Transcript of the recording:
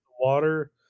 water